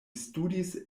studis